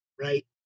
right